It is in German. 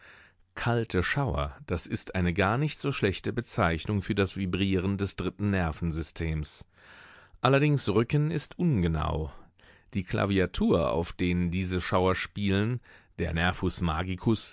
kalte schauer das ist eine gar nicht so schlechte bezeichnung für das vibrieren des dritten nervensystems allerdings rücken ist ungenau die klaviatur auf denen diese schauer spielen der nervus magicus